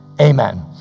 Amen